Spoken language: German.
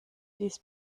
dies